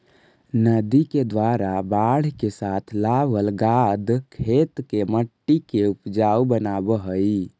नदि के द्वारा बाढ़ के साथ लावल गाद खेत के मट्टी के ऊपजाऊ बनाबऽ हई